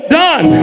done